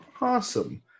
Awesome